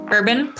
Urban